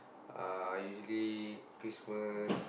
uh usually Christmas